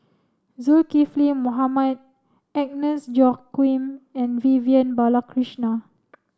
Zulkifli Mohamed Agnes Joaquim and Vivian Balakrishnan